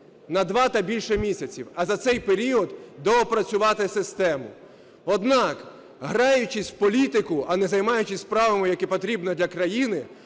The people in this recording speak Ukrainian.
на 2 та більше місяців, а за цей період доопрацювати систему. Однак, граючись в політику, а не займаючись справами, які потрібно для країни,